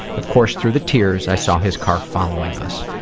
of course through the tears, i saw his car following us.